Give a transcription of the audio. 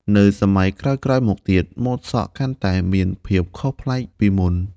នៅសម័យក្រោយៗមកទៀត ម៉ូតសក់កាន់តែមានភាពខុសប្លែកពីមុន។